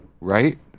Right